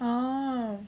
orh